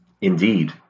Indeed